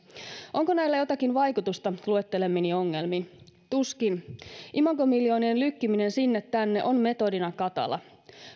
onko näillä jotakin vaikutusta luettelemiini ongelmiin tuskin imagomiljoonien lykkiminen sinne tänne on metodina katala